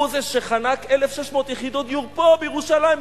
הוא זה שחנק 1,500 יחידות דיור פה בירושלים,